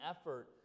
effort